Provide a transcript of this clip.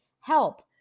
help